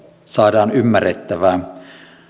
saadaan ymmärrettävää